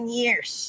years